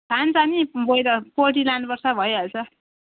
खान्छ नि broiler poultry लानुपर्छ भइहाल्छ